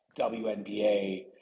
WNBA